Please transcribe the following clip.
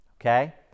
Okay